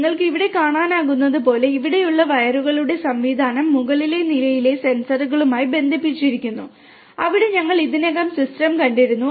നിങ്ങൾക്ക് ഇവിടെ കാണാനാകുന്നതുപോലെ ഇവിടെയുള്ള വയറുകളുടെ സംവിധാനം മുകളിലെ നിലയിലെ സെൻസറുകളുമായി ബന്ധിപ്പിച്ചിരിക്കുന്നു അവിടെ ഞങ്ങൾ ഇതിനകം സിസ്റ്റം കണ്ടിരുന്നു